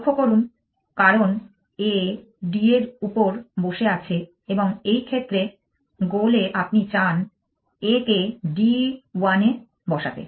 লক্ষ্য করুন কারণ a d এর উপর বসে আছে এবং এই ক্ষেত্রে গোল এ আপনি চান a কে d 1 এ বসাতে